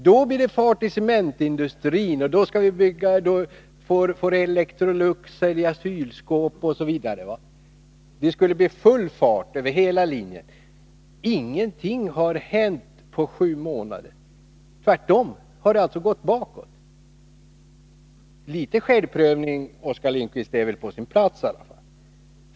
Då blir det fart i cementindustrin, och då får Electrolux sälja kylskåp, osv. Det skulle bli full fart över hela linjen. Inget positivt har hänt på sju månader. Tvärtom har det alltså gått bakåt. Litet självprövning är på sin plats, Oskar Lindkvist.